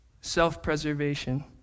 Self-preservation